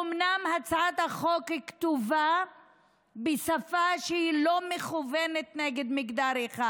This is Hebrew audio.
אומנם הצעת החוק כתובה בשפה שהיא לא מכוונת נגד מגדר אחד,